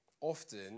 Often